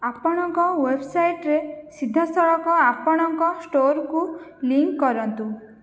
ଆପଣଙ୍କ ୱେବସାଇଟ୍ରେ ସିଧାସଳଖ ଆପଣଙ୍କ ଷ୍ଟୋରକୁ ଲିଙ୍କ୍ କରନ୍ତୁ